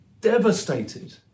devastated